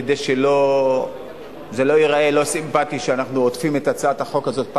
כדי שזה לא ייראה לא סימפתי שאנחנו הודפים את הצעת החוק הזאת,